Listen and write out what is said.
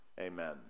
amen